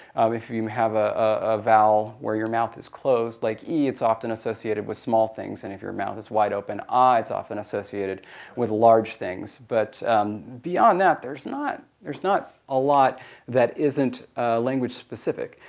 if you have ah ah vowel where your mouth is closed, like e, it's often associated with small things, and if your mouth is wide open, ah, it's often associated with large things. but beyond that there's not there's not a lot that isn't language specific.